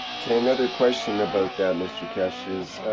okay, another question about that mr keshe is.